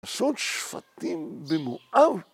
‫לעשות שפטים במואב.